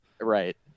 Right